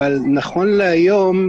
אבל נכון להיום,